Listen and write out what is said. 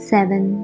Seven